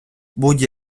будь